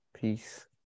peace